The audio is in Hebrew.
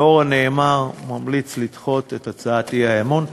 לאור הנאמר, אני ממליץ לדחות את הצעת האי-אמון.